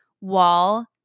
wall